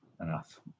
enough